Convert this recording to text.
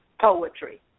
poetry